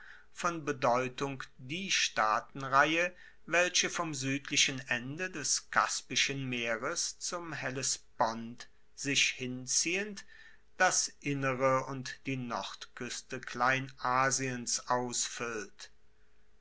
von bedeutung die staatenreihe welche vom suedlichen ende des kaspischen meeres zum hellespont sich hinziehend das innere und die nordkueste kleinasiens ausfuellt